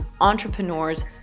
entrepreneurs